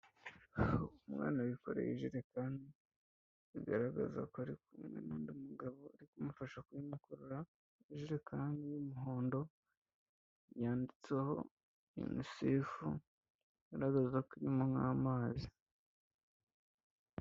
Umwana wikoreye ijerekani, bigaragaza ko ari kumwe n'undi mugabo uri kumufasha kuyimukorora, ijerekani y'umuhondo yanditseho UNICEF, bigaragaza ko irimo nk'amazi.